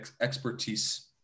expertise